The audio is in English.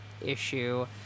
issue